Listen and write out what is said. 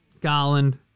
Garland